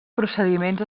procediments